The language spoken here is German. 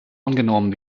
angenommen